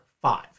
five